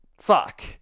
Fuck